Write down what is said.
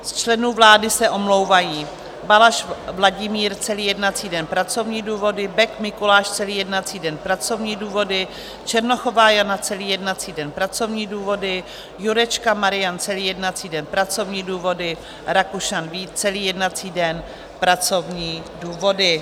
Z členů vlády se omlouvají: Balaš Vladimír celý jednací den pracovní důvody, Bek Mikuláš celý jednací den pracovní důvody, Černochová Jana celý jednací den pracovní důvody, Jurečka Marian celý jednací den pracovní důvody, Rakušan Vít celý jednací den pracovní důvody.